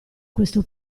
questo